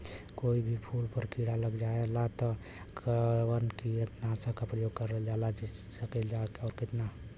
कोई भी फूल पर कीड़ा लग जाला त कवन कीटनाशक क प्रयोग करल जा सकेला और कितना?